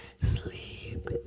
Sleep